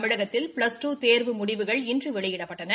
தமிழகத்தில் plus two தேர்வு முடிவுகள் இன்று வெளியிடப்பட்டன